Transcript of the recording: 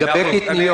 מה לגבי הקטניות?